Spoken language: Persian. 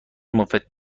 مفید